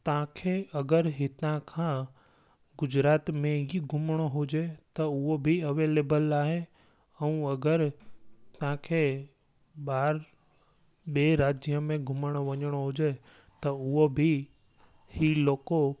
तव्हांखे अगरि हितां खां गुजरात में ई घुमिणो हुजे त उहो बि अवेलेबल आहे ऐं अगरि तव्हांखे ॿाहिरि ॿिए राज्य में घुमणु वञिणो हुजे त उहो बि हीउ लोको